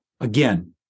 Again